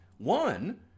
One